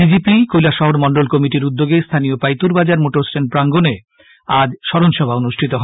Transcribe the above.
BJP Kailashahar মন্ডল কমিটির উদ্যোগে স্হানীয় পাইতুরবাজার মোটরস্ট্যান্ড প্রাঙ্গণে আজ স্মরণসভা অনুষ্ঠিত হয়